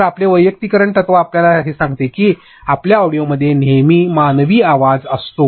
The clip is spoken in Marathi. तर आपले वैयक्तिकरण तत्व आपल्याला हे सांगते की आपल्या ऑडिओमध्ये नेहमीच मानवी आवाज असतो